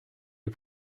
les